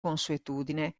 consuetudine